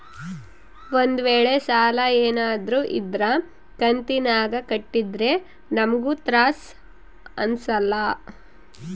ಒಂದ್ವೇಳೆ ಸಾಲ ಏನಾದ್ರೂ ಇದ್ರ ಕಂತಿನಾಗ ಕಟ್ಟಿದ್ರೆ ನಮ್ಗೂ ತ್ರಾಸ್ ಅಂಸಲ್ಲ